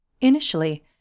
Initially